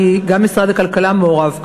כי גם משרד הכלכלה מעורב כאן.